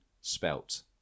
spelt